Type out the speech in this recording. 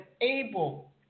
able